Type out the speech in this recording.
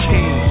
King